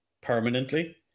permanently